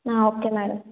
okay madam